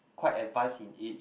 quite advance in age